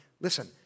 listen